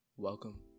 Welcome